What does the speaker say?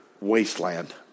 wasteland